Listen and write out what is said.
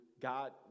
God